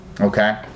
Okay